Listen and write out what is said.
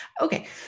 Okay